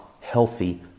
healthy